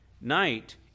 night